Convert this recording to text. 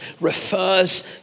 refers